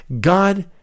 God